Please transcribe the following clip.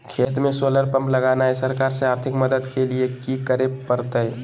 खेत में solar pump लगाना है, सरकार से आर्थिक मदद के लिए की करे परतय?